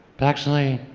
but actually,